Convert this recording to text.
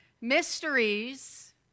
mysteries